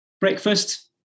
breakfast